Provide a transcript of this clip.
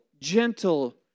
gentle